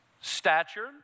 stature